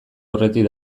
aurretik